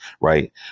right